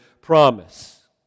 promise